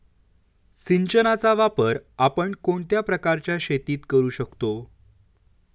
सिंचनाचा वापर आपण कोणत्या प्रकारच्या शेतीत करू शकतो?